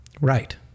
Right